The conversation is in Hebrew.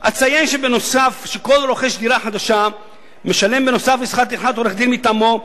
"אציין שכל רוכש דירה חדשה משלם בנוסף שכר טרחה לעורך-דין מטעמו,